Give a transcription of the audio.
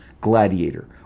Gladiator